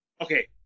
Okay